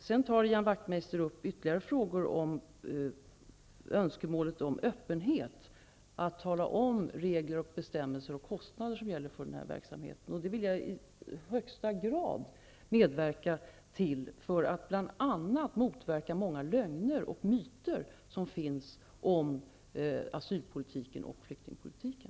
Sedan tar Ian Wachtmeister upp önskemålet om öppenhet och att man skall tala om vilka regler, bestämmelser och kostnader som gäller för den här verksamheten. Jag vill i högsta grad medverka till detta bl.a. för att motverka de många lögner och myter som finns om asylpolitiken och flyktingpolitiken.